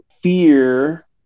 fear